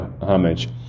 homage